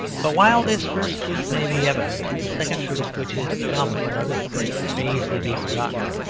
but while this first truth may be evident, the second truth which is the complement of it may easily be forgotten.